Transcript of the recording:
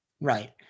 Right